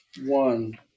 One